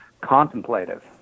contemplative